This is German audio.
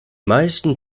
meisten